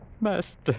Master